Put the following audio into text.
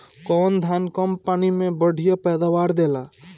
कौन धान कम पानी में बढ़या पैदावार देला?